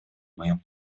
моем